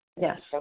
Yes